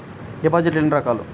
డిపాజిట్లు ఎన్ని రకాలు?